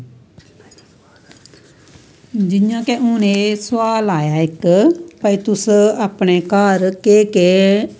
जियां के एह् सोआल आया हून इक भाई तुस अपने घर केह् केह्